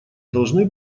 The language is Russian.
должны